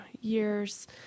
years